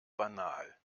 banal